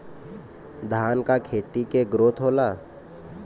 धान का खेती के ग्रोथ होला?